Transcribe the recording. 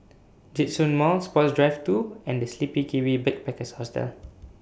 Djitsun Mall Sports Drive two and The Sleepy Kiwi Backpackers Hostel